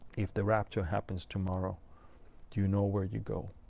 if the rapture happens tomorrow, do you know where you go?